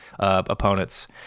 Opponents